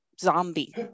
zombie